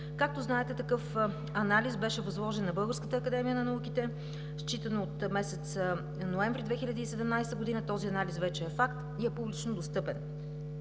Както знаете, такъв анализ беше възложен на Българската академия на науките. Считано от месец ноември 2017 г. този анализ вече е факт и е публично достъпен.